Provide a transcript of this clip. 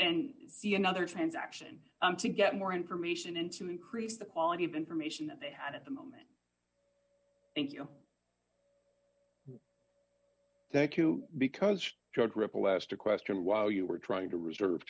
end see another transaction i'm to get more information in to increase the quality of information they had at the moment thank you thank you because drug ripple asked a question while you were trying to reserve